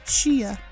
Shia